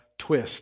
twist